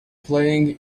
playing